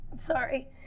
Sorry